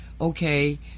okay